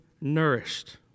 nourished